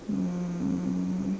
um